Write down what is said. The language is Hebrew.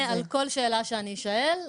אני אענה על כל שאלה שאני אשאל.